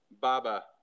BABA